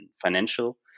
financial